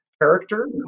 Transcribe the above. character